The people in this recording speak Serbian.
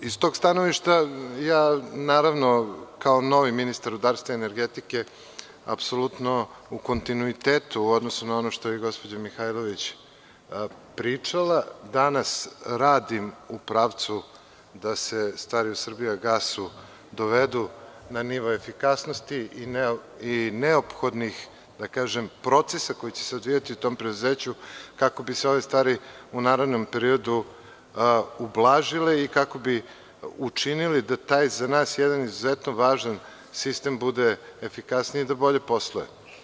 S tog stanovišta, ja kao novi ministar rudarstva i energetike apsolutno u kontinuitetu u odnosu na ono što je gospođa Mihajlović pričala, danas radim u pravcu da se stvari u „Srbijagasu“ dovedu na nivo efikasnosti i neophodnih procesa koji će se odvijati u tom preduzeću, kako bi se ove stvari u narednom periodu ublažile i kako bi učinili da taj za nas jedan izuzetno važan sistem bude efikasniji i da bolje posluje.